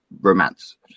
romance